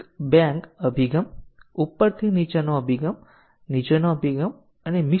તે variable a નો ઉપયોગ કરે છે